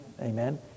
Amen